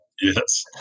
yes